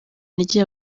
intege